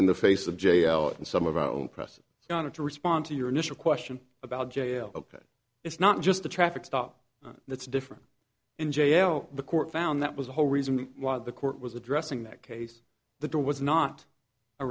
in the face of jail and some of our own press is going to respond to your initial question about jail that it's not just a traffic stop that's different in jail the court found that was the whole reason why the court was addressing that case the door was not a